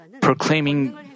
proclaiming